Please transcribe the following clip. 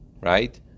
right